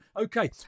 Okay